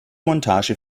montage